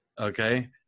Okay